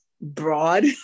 broad